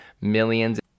millions